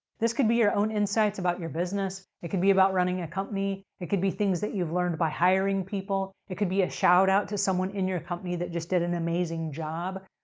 this could be your own insights about your business. it can be about running a company. it could be things that you've learned by hiring people. it could be a shout out to someone in your company that just did an amazing job.